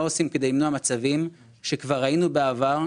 מה עושים כדי למנוע מצבים שכבר ראינו בעבר,